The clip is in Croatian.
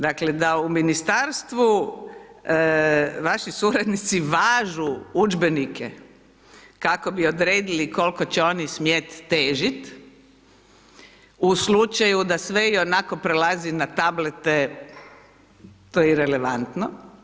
Dakle da u Ministarstvu vaši suradnici važu udžbenike kako bi odredili koliko će oni smjeti težiti u slučaju da sve ionako prelazi na tablete to je irelevantno.